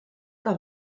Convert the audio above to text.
que